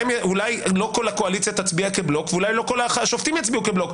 אולי לא הקואליציה תצביע כבלוק ואולי לא כל השופטים יצביעו כבלוק,